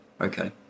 Okay